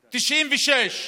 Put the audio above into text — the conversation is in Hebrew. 1996,